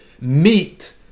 meet